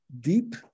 Deep